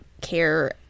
care